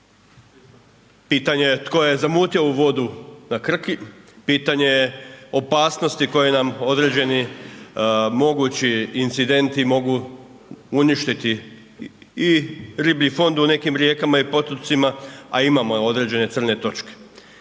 Pitanje je tko je zamutio ovu vodu na Krki, pitanje je opasnosti koje nam određeni mogući incidenti mogu uništiti i riblji fond u nekim rijekama i potocima, a imamo određene crne točke.